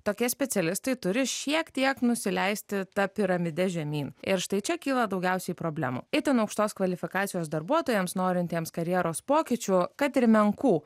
tokie specialistai turi šiek tiek nusileisti ta piramide žemyn ir štai čia kyla daugiausiai problemų itin aukštos kvalifikacijos darbuotojams norintiems karjeros pokyčių kad ir menkų